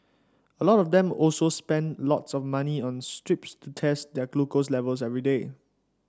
a lot of them also spend lots of money on strips to test their glucose levels every day